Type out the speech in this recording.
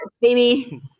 baby